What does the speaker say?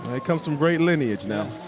that comes from great lineage now.